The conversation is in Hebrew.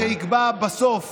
מה שיקבע בסוף